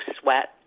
sweat